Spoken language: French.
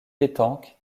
pétanque